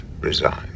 resign